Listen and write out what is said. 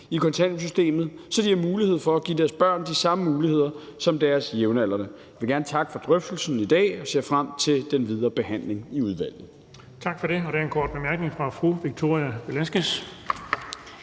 i kontanthjælpssystemet, så de har mulighed for at give deres børn de samme muligheder som deres jævnaldrende. Jeg vil gerne takke for drøftelsen i dag og ser frem til den videre behandling i udvalget.